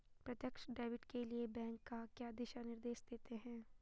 प्रत्यक्ष डेबिट के लिए बैंक क्या दिशा निर्देश देते हैं?